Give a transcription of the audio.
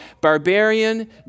barbarian